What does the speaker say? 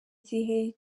gihe